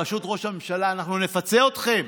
בראשות ראש הממשלה: אנחנו נפצה אתכם,